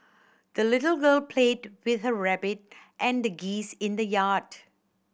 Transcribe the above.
the little girl played with her rabbit and geese in the yard